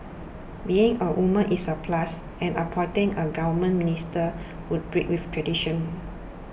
being a woman is a plus and appointing a government minister would break with tradition